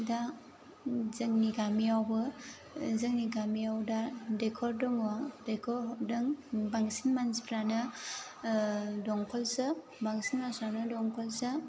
दा जोंनि गामियावबो जोंनि गामियाव दा दैखर दङ दैखर हरदों बांसिन मानसिफ्रानो दंखलसो बांसिन मानसिफ्रानो दंखलसो